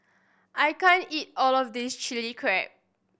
I can't eat all of this Chili Crab